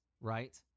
right